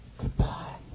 Goodbye